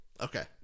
okay